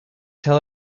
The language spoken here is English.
tell